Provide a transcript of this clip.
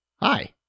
Hi